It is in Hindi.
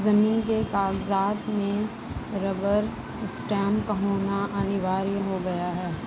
जमीन के कागजात में रबर स्टैंप का होना अनिवार्य हो गया है